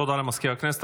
תודה למזכיר הכנסת.